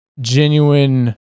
genuine